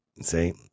see